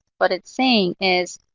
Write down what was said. but it's saying is,